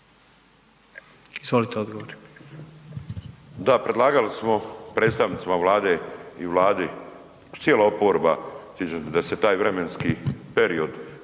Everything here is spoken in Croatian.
Miro (MOST)** Da predlagali smo predstavnicima Vlade i Vladi, cijela oporba da se taj vremenski period